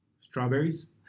Strawberries